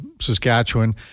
Saskatchewan